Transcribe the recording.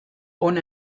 hona